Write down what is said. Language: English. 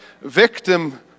victim